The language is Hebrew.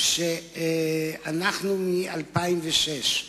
שאנחנו מ-2006.